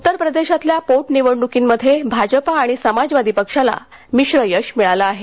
उत्तर प्रदेशातल्या पोटनिवडणुकींमध्ये भाजपा आणि समाजवादी पक्षाला मिश्र यश मिळालं आहे